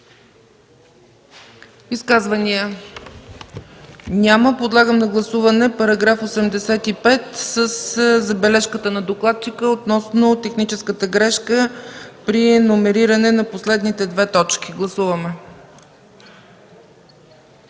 Изказвания? Няма. Подлагам на гласуване § 85 със забележката на докладчика относно техническите грешки при номерирането на последните две точки. Гласували